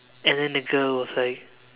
and then the girl was like